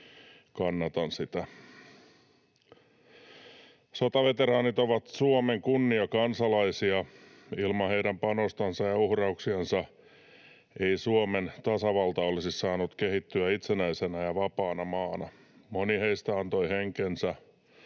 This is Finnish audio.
kannatan sitä. Sotaveteraanit ovat Suomen kunniakansalaisia. Ilman heidän panostansa ja uhrauksiansa ei Suomen tasavalta olisi saanut kehittyä itsenäisenä ja vapaana maana. Moni heistä antoi henkensä,